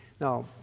Now